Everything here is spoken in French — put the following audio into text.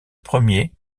premier